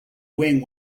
wing